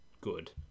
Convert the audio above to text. good